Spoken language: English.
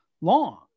long